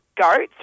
goats